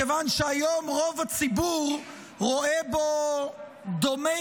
מכיוון שהיום רוב הציבור רואה בו דומה